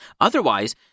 Otherwise